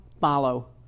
follow